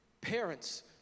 parents